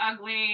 ugly